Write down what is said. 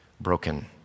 broken